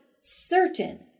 certain